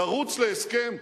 לרוץ להסכם,